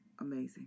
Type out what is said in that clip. amazing